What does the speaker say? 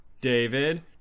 David